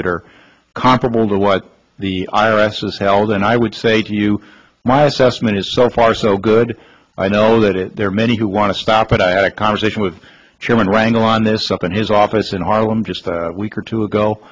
that are comparable to what the i r s has held and i would say to you my assessment is so far so good i know that there are many who want to stop but i had a conversation with chairman rangle on this up in his office in harlem just a week or two ago